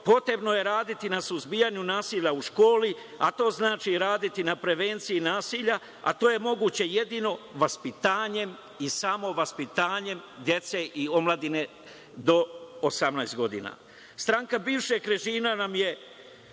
potrebno je raditi na suzbijanju nasilja u školi, a to znači raditi na prevenciji nasilja, a to je moguće jedino vaspitanjem i samo vaspitanjem dece i omladine do 18 godina. Stranka bivšeg režima nam je